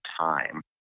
time